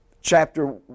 chapter